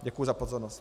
Děkuji za pozornost.